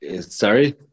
Sorry